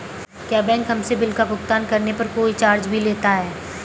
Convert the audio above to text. क्या बैंक हमसे बिल का भुगतान करने पर कोई चार्ज भी लेता है?